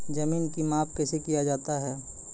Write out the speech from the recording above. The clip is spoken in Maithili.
जमीन की माप कैसे किया जाता हैं?